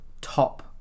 top